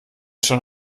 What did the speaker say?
schon